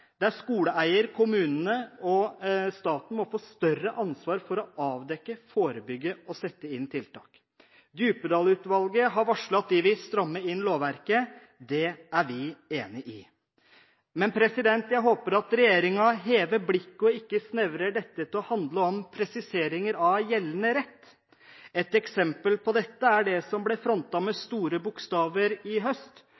der skoleeier, kommunene og staten må få større ansvar for å avdekke forhold, forebygge og sette inn tiltak. Djupedal-utvalget har varslet at de vil stramme inn lovverket, det er vi enig i. Jeg håper at regjeringen hever blikket og ikke snevrer dette inn til å handle om presisering av gjeldende rett. Et eksempel på dette er det som ble frontet med store bokstaver i høst